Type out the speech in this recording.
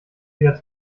wieder